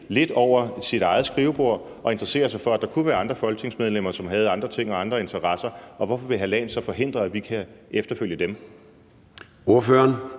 lidt over sit eget skrivebord og interessere sig for, at der kunne være andre folketingsmedlemmer, som havde andre ting og andre interesser, og hvorfor vil hr. Leif Lahn Jensen så forhindre, at vi kan efterfølge dem?